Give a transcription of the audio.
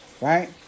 right